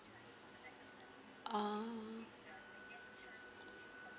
ah